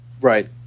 Right